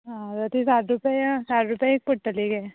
आं जाल्यार ती साठ रुपया या साठ रुपया एक पडटली गे